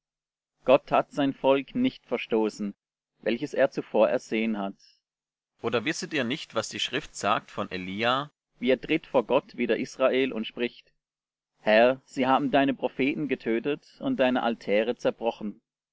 gott hat sein volk nicht verstoßen welches er zuvor ersehen hat oder wisset ihr nicht was die schrift sagt von elia wie er tritt vor gott wider israel und spricht herr sie haben deine propheten getötet und deine altäre zerbrochen